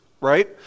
right